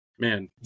Man